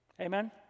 Amen